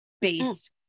based